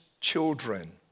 children